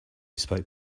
spoke